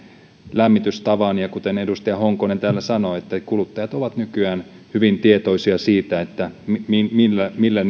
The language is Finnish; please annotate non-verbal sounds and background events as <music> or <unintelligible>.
lämmitystavan kuten edustaja honkonen täällä sanoi kuluttajat ovat nykyään hyvin tietoisia siitä millä millä <unintelligible>